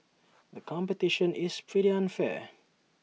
the competition is pretty unfair